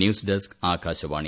news desk Akashvani